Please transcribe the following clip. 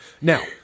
Now